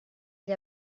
gli